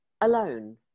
alone